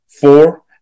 four